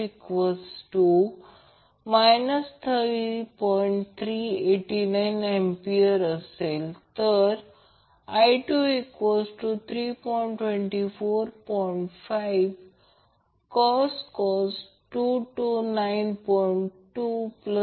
तर आपण लिहू शकतो की हे cos ω t म्हणजे sin 90° ω t आहे परंतु येथे 1 sin आहे याचा अर्थ ते Im ω C sin ω t 90° असेल